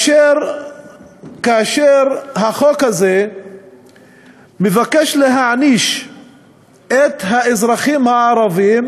כאשר החוק הזה מבקש להעניש את האזרחים הערבים